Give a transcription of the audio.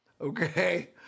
Okay